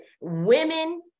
women